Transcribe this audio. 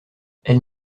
elle